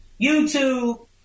YouTube